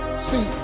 See